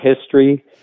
history